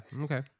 Okay